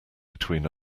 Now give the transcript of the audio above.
between